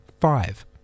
five